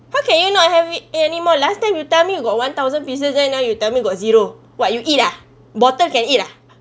how can you not have it anymore last time you tell me you got one thousand pieces then now you tell me got zero !wah! you eat ah bottle can eat ah